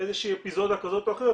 איזו שהיא אפיזודה כזאת או אחרת,